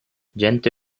gente